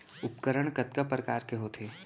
उपकरण कतका प्रकार के होथे?